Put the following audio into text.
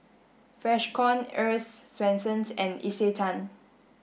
Freshkon Earl's Swensens and Isetan